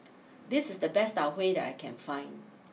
this is the best Tau Huay that I can find